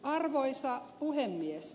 arvoisa puhemies